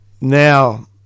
now